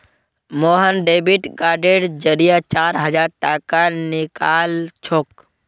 Mohan debit कार्डेर जरिए चार हजार टाका निकलालछोक